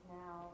now